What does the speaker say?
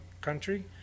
country